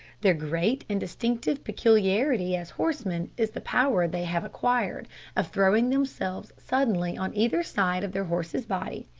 their great and distinctive peculiarity as horsemen is the power they have acquired of throwing themselves suddenly on either side of their horse's body,